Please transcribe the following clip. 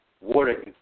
water